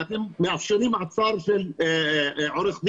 ואתם מאפשרים מעצר של עורך דין,